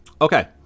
Okay